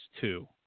two